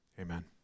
Amen